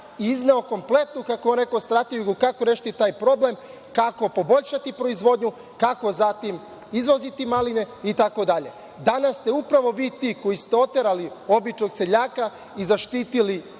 izneo čak kompletnu strategiju kako rešiti taj problem, kako poboljšati proizvodnju, kako izvoziti maline itd. Danas ste upravo vi ti koji ste oterali običnog seljaka i zaštitili